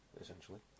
essentially